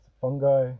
fungi